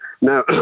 Now